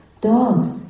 dogs